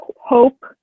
hope